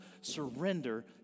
Surrender